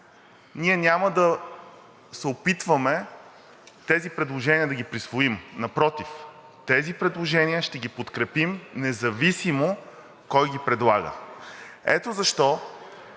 ние няма да се опитваме тези предложения да ги присвоим, а напротив тези предложения ще ги подкрепим независимо кой ги предлага. В нашите